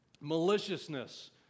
Maliciousness